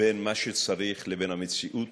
בין מה שצריך לבין המציאות,